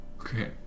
Okay